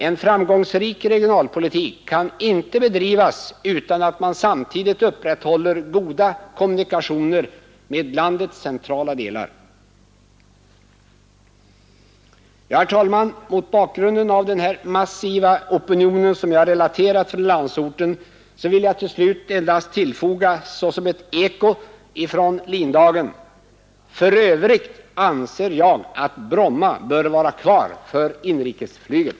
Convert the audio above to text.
En framgångsrik regionalpolitik kan inte bedrivas utan att man samtidigt upprätthåller goda kommunikationer med landets centrala delar. Herr talman! Mot bakgrunden av den massiva opinion jag relaterat från landsorten vill jag till sist endast som eko från LIN-dagen tillfoga: För övrigt anser jag att Bromma bör vara kvar för inrikesflyget.